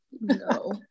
No